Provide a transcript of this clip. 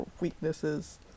weaknesses